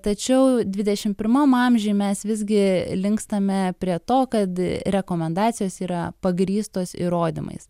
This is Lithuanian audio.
tačiau dvidešim pirmam amžiuje mes visgi linkstame prie to kad rekomendacijos yra pagrįstos įrodymais